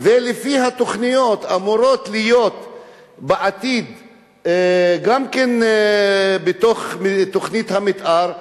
לפי התוכניות אמורות להיות בעתיד גם כן בתוך תוכנית המיתאר,